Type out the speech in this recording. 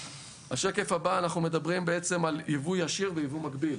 בשקף הבא אנחנו מדברים בעצם על יבוא ישיר ועל יבוא מקביל.